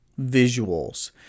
visuals